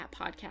podcast